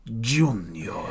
Junior